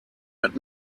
hat